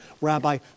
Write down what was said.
Rabbi